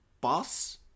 Boss